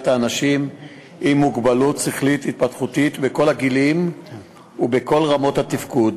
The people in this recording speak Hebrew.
האנשים עם מוגבלות שכלית-התפתחותית בכל הגילים ובכל רמות התפקוד,